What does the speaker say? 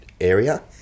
area